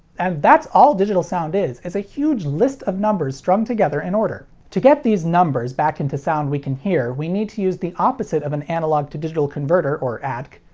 and that's all digital sound is it's a huge list of numbers strung together in order. to get these numbers back into sound we can hear, we need to use the opposite of an analog-to-digital converter, or adc.